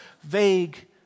vague